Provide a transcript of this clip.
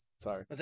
sorry